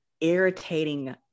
irritating